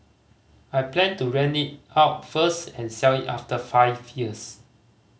I plan to rent it out first and sell it after five years